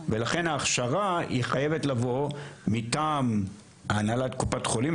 לכן ההכשרה היא חייבת לבוא מטעם הנהלת קופת חולים.